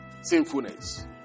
sinfulness